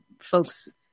folks